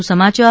વધુ સમાચાર